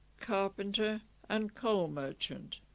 carpenter and coal merchant